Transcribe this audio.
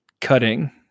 cutting